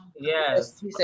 yes